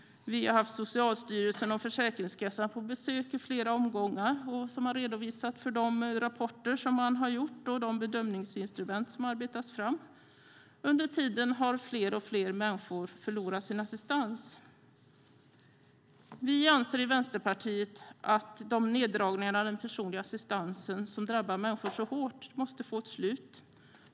Vi har haft Socialstyrelsen och Försäkringskassan på besök i flera omgångar, och de har redovisat de rapporter som de har gjort och de bedömningsinstrument som arbetas fram. Under tiden har fler människor förlorat sin assistans. Vi anser i Vänsterpartiet att de neddragningar av den personliga assistansen som drabbar människor så hårt måste få ett slut.